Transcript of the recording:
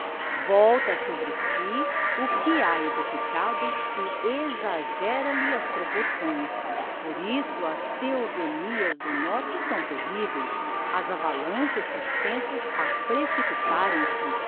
volta sobre si o que ha edificado e exagera lhe as proporções por isso as theogonias do norte são terriveis as avalanches suspensas a precipitarem se